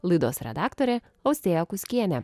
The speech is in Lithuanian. laidos redaktorė austėja kuskienė